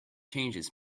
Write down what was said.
changes